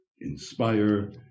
inspire